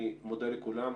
אני מודה לכולם.